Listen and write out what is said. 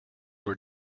were